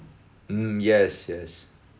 mm yes yes